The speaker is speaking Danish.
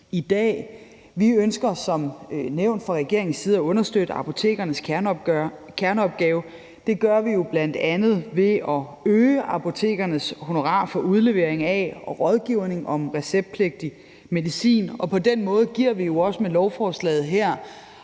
i dag. Vi ønsker som nævnt fra regeringens side at understøtte apotekernes kerneopgave. Det gør vi jo bl.a. ved at øge apotekernes honorar for udlevering af og rådgivning om receptpligtig medicin, og på den måde giver vi også med lovforslaget her